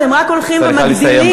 אתם רק הולכים ומגדילים,